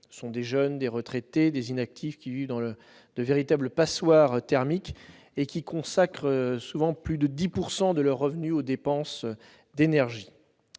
Ce sont des jeunes, des retraités, des inactifs, qui vivent dans de véritables passoires thermiques et consacrent plus de 10 % de leurs revenus aux dépenses d'énergie.